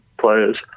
players